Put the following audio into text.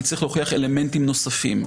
אני צריך להוכיח אלמנטים נוספים.